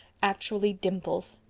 actually dimples.